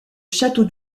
château